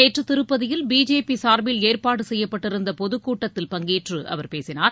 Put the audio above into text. நேற்று திருப்பதியில் பிஜேபி சார்பில் ஏற்பாடு செய்யப்பட்டிருந்த பொதுக்கூட்டத்தில் பங்கேற்று அவர் பேசினார்